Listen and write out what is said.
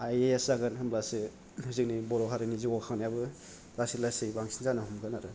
I A S जागोन होनब्लासो जोंनि बर' हारिनि जौगाखांनायाबो लासै लासै बांसिन जानो हमगोन आरो